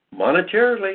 Monetarily